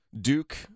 Duke